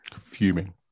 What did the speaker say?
Fuming